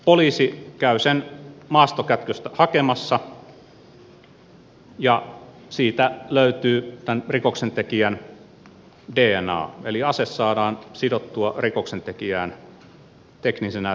poliisi käy sen maastokätköstä hakemassa ja siitä löytyy tämän rikoksentekijän dna eli ase saadaan sidottua rikoksentekijään teknisen näytön perusteella